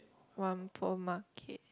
Whampoa market